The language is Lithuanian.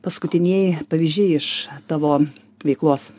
paskutinieji pavyzdžiai iš tavo veiklos